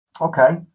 Okay